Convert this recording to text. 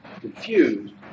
confused